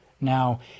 Now